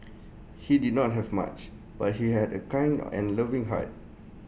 he did not have much but he had A kind and loving heart